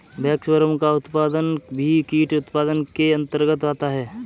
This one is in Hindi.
वैक्सवर्म का उत्पादन भी कीट उत्पादन के अंतर्गत आता है